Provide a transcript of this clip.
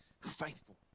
faithful